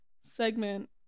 segment